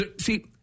see